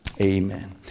Amen